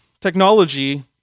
technology